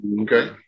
okay